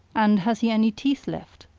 and has he any teeth left?